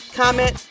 comment